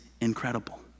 incredible